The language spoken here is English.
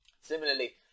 Similarly